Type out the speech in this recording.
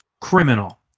Criminal